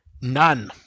none